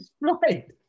right